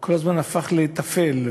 כל הזמן הפך לטפל.